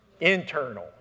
internal